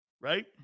Right